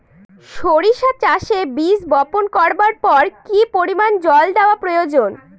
সরিষা চাষে বীজ বপন করবার পর কি পরিমাণ জল দেওয়া প্রয়োজন?